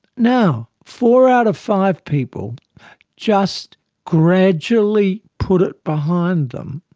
now, four out of five people just gradually put it behind them,